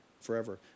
forever